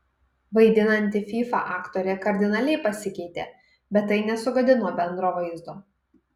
vaidinanti fyfą aktorė kardinaliai pasikeitė bet tai nesugadino bendro vaizdo